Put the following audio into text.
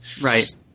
Right